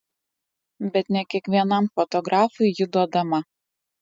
bet ne kiekvienam fotografui ji duodama